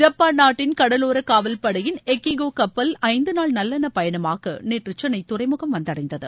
Japan நாட்டின் கடலோர காவல்படையின் எச்சிகோ கப்பல் ஐந்து நாள் நல்லெண்ண பயணமாக நேற்று சென்னை துறைமுகம் வந்தடைந்தது